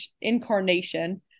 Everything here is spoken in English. incarnation